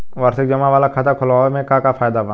वार्षिकी जमा वाला खाता खोलवावे के का फायदा बा?